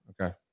Okay